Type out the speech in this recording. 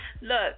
Look